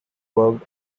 worked